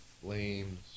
flames